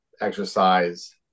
exercise